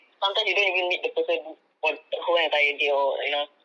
sometimes you don't even meet the person for the whole entire day or you know